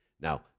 Now